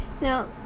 Now